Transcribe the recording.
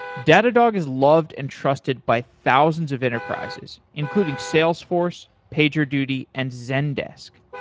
datadog is loved and trusted by thousands of enterprises including salesforce, pagerduty, and zendesk.